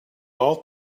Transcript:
all